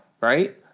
right